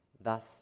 thus